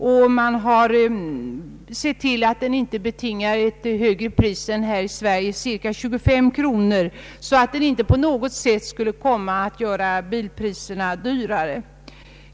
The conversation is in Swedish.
I Sverige skulle den inte betinga ett högre pris än cirka 25 kronor, så den kommer inte att göra bilarna dyrare.